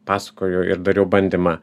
pasakojau ir dariau bandymą